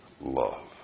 love